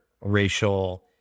racial